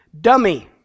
Dummy